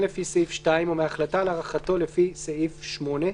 לפי סעיף 2 או מהחלטה על הארכתו לפי סעיף 8,